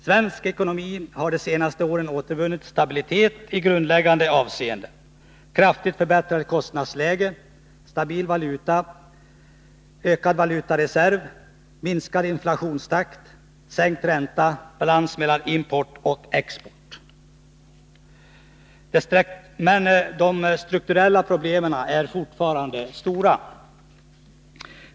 Svensk ekonomi har det senaste året återvunnit stabilitet i grundläggande avseenden: kraftigt förbättrat kostnadsläge, stabil valuta, ökad valutareserv, minskad inflationstakt, sänkt ränta, balans mellan import och export. Men de strukturella problemen är fortfarande stora.